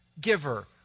giver